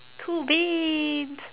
cool beans